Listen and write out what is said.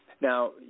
Now